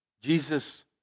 Jesus